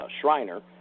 Shriner